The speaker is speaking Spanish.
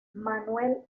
manuel